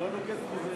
ואני אוכל לדבר כבר.